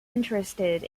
interested